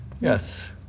Yes